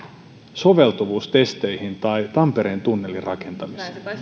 soveltuvuustesteihin tai tampereen tunnelin rakentamiseen